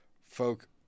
folk